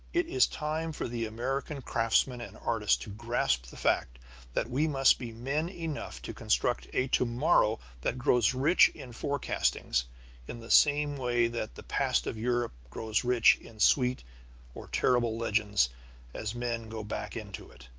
it is time for the american craftsman and artist to grasp the fact that we must be men enough to construct a to-morrow that grows rich in forecastings in the same way that the past of europe grows rich in sweet or terrible legends as men go back into it.